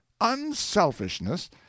unselfishness